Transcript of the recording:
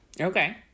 Okay